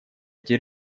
эти